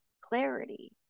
clarity